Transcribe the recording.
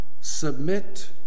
submit